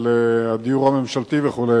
של הדיור הממשלתי וכו',